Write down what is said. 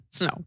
no